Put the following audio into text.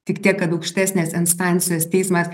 tik tiek kad aukštesnės instancijos teismas